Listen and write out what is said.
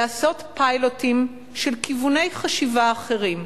לעשות פיילוטים של כיווני חשיבה אחרים,